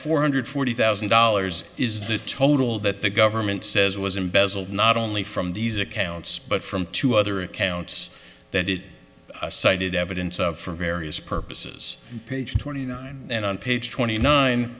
four hundred forty thousand dollars is the total that the government says was embezzled not only from these accounts but from two other accounts that it cited evidence of for various purposes page twenty nine and on page twenty nine